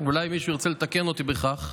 ואולי מישהו ירצה לתקן אותי בכך,